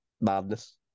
Madness